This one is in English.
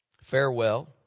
farewell